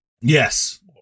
Yes